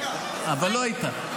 אבל לא היית.